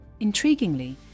Intriguingly